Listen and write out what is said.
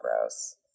gross